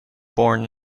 born